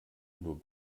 nur